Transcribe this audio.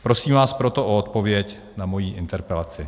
Prosím vás proto o odpověď na moji interpelaci.